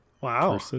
Wow